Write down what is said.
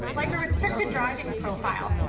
like a restricted driving profile,